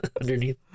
underneath